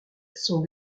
sont